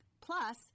plus